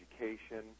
education